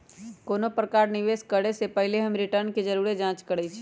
कोनो प्रकारे निवेश करे से पहिले हम रिटर्न के जरुरे जाँच करइछि